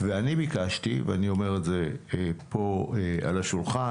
ואני ביקשתי ואני אומר את זה פה, על השולחן